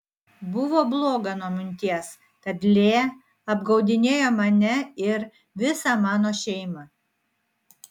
buvo bloga nuo minties kad lee apgaudinėjo mane ir visą mano šeimą